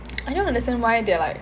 I don't understand why they are like